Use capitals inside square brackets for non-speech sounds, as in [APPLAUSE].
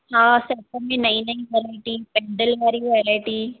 हा त [UNINTELLIGIBLE] नई नई वेरायटी पेंडल वारी वेरायटी